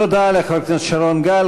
תודה לחבר הכנסת שרון גל.